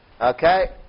Okay